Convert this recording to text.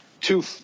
two